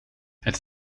het